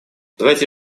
давайте